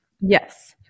Yes